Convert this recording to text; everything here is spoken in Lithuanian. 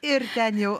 ir ten jau